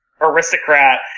aristocrat